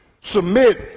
submit